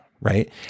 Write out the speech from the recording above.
right